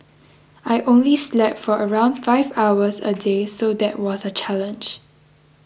I only slept for around five hours a day so that was a challenge